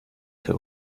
her